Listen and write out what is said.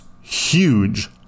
huge